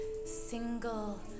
single